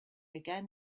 again